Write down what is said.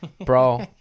bro